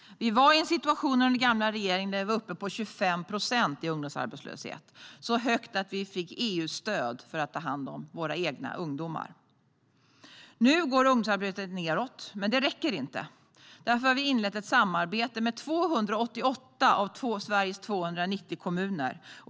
Under den gamla regeringen var ungdomsarbetslösheten uppe i 25 procent. Det var så hög siffra att vi fick EU-stöd för att ta hand om våra egna ungdomar. Nu går ungdomsarbetslösheten nedåt, men det räcker inte. Därför har vi inlett ett samarbete med 288 av Sveriges 290 kommuner.